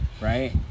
Right